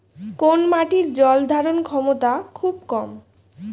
কোন মাটির জল ধারণ ক্ষমতা খুব কম?